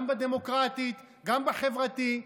גם בדמוקרטית, גם בחברתי.